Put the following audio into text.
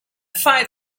five